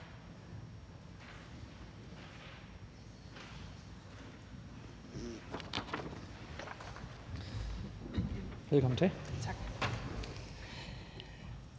Velkommen til. Kl.